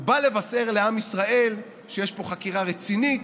בא לבשר לעם ישראל שיש פה חקירה רצינית,